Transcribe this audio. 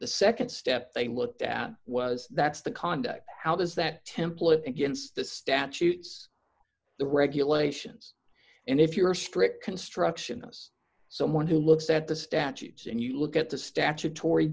the nd step they looked at was that's the conduct how does that template against the statutes the regulations and if you're strict constructionists someone who looks at the statutes and you look at the statutory